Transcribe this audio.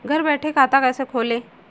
घर बैठे खाता कैसे खोलें?